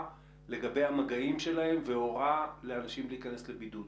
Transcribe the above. לגבי המגעים שלהם והוראה לאנשים להיכנס לבידוד?